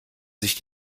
sich